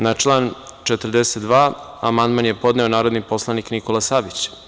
Na član 42. amandman je podneo narodni poslanik Nikola Savić.